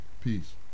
Peace